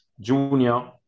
Junior